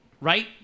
right